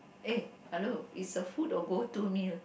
eh hello is the food or go to meal